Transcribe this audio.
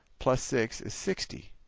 plus six is sixty.